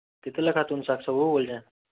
କେତେ ଲେଖା ତୁମେ ଶାଗ ସବୁ ବୋଲୁଛେଁ